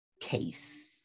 case